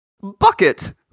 Bucket